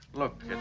look